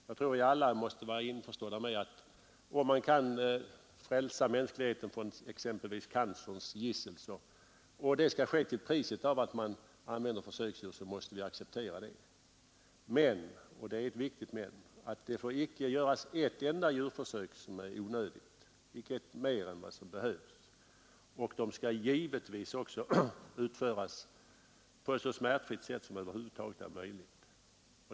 Vi måste alla vara införstådda med att om man kan frälsa mänskligheten från t.ex. cancerns gissel och det måste ske till priset av att man använder försöksdjur, så m och det är viktigt — det får inte göras ett enda onödigt djurförsök. Och djurförsöken skall givetvis också utföras på så smärtfritt sätt som över huvud taget är möjligt.